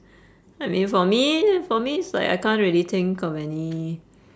I mean for me for me it's like I can't really think of any